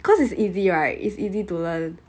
cause it's easy right it's easy to learn